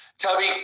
tubby